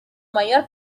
mayor